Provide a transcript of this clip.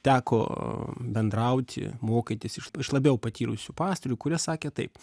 teko bendrauti mokytis iš iš labiau patyrusių pastolių kurie sakė taip